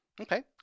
Okay